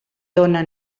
dóna